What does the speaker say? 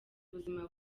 ubuzima